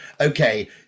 okay